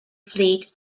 fleet